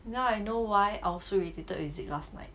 now I know why I was so irritated with zeke last night